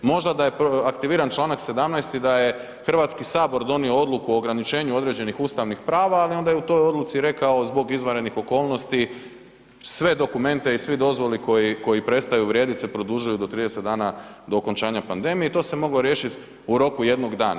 Možda da je aktiviran čl. 17. i da je Hrvatski sabor donio odluku o ograničenju određenih ustavnih prava, ali je onda u toj odluci rekao zbog izvanrednih okolnosti sve dokumente i sve dozvole koji prestaju vrijediti se produžuju do 30 dana do okončanja pandemije i to se moglo riješiti u roku 1 dana.